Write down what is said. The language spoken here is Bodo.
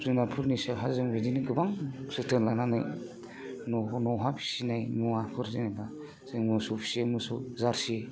जुनादफोरनिखो जों बिदिनो गोबां जोथोन लानानै नहा फिनाय नहाफोर जेनेबा जों मोसौ फियो मोसौ जारसि